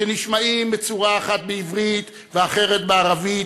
שנשמעים בצורה אחת בעברית ואחרת בערבית,